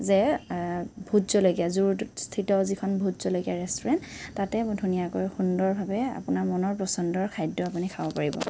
যে ভোট জলকীয়া জু ৰোডস্থিত যিখন ভোট জলকীয়া ৰেষ্টোৰেণ্ট তাতে বৰ ধুনীয়াকৈ সুন্দৰভাৱে আপোনাৰ মনৰ পচন্দৰ খাদ্য আপুনি খাব পাৰিব